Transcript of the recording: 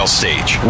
stage